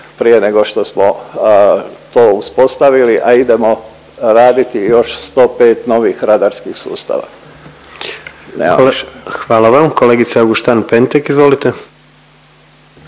prije nego što smo to uspostavili, a idemo raditi još 105 novih radarskih sustava. **Jandroković, Gordan (HDZ)** Hvala vam. Kolegica Augušan Pentek, izvolite.